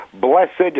blessed